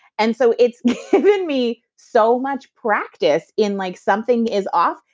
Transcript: and so it's given me so much practice in like, something is off,